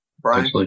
Brian